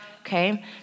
Okay